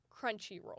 crunchyroll